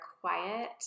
quiet